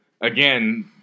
again